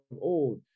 old